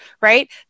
right